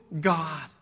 God